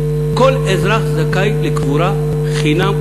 כל אזרח זכאי לקבורה חינם,